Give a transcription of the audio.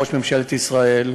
ראש ממשלת ישראל,